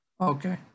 Okay